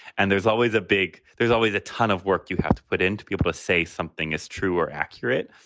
and there's always a big there's always a ton of work you have to put into people to say something is true or accurate.